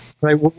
right